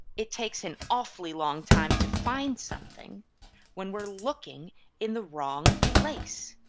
it takes an awfully long time to find something when we're looking in the wrong place.